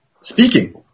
speaking